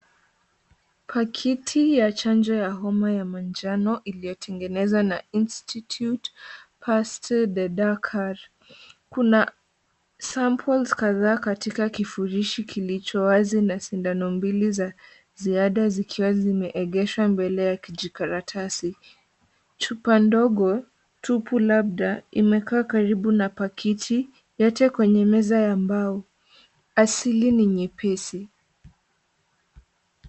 Pakiti ya chanjo ya homa ya manjano iliyotengenezwa na, Institute Paste de Dakar. Kuna samples kadhaa katika kifurushi kilicho wazi, na sindano mbili za ziada zikiwa zimeegeshwa mbele ya kijikaratasi. Chupa ndogo, tupu labda, imekaa karibu na pakiti, yote kwenye meza ya mbao, asili ni nyepesi.